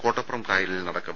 കോട്ടപ്പുറം കായലിൽ നടക്കും